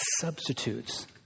substitutes